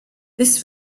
this